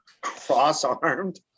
cross-armed